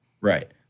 Right